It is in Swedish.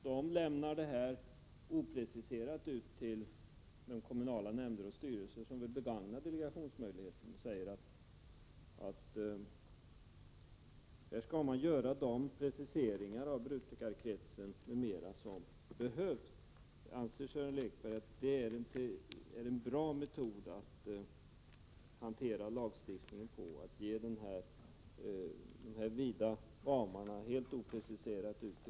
Man lämnar det hela öppet för kommunala nämnder och styrelser som vill begagna delegationsmöjligheten och säger att erforderliga preciseringar av brukarkretsen m.m. skall göras. Anser Sören Lekberg att det är en bra metod att hantera lagstiftning på, att ge kommunerna dessa vida ramar, helt utan precisering?